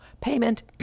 payment